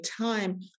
time